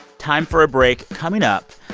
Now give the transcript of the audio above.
time for a break. coming up,